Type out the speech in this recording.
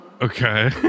Okay